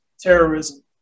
terrorism